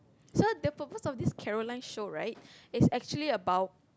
so the purpose of this Caroline show right is actually about